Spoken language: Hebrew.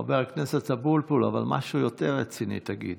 חבר הכנסת אבוטבול, אבל משהו יותר רציני תגיד.